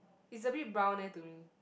it's a bit brown leh to me